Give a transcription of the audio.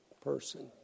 person